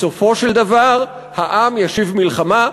בסופו של דבר העם ישיב ממשלה,